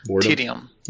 tedium